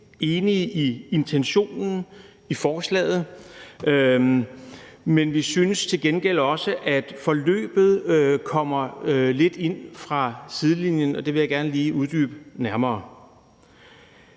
enige i intentionen i forslaget, men vi synes til gengæld også, at forslaget om det her forløb kommer lidt ind fra sidelinjen, og det vil jeg gerne lige uddybe nærmere.